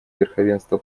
верховенство